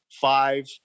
five